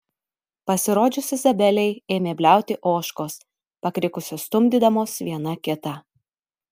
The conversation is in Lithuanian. pasirodžius izabelei ėmė bliauti ožkos pakrikusios stumdydamos viena kitą